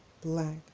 black